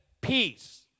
peace